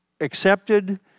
accepted